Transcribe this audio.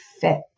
fit